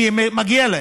כי מגיע להם.